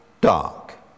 dark